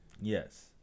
Yes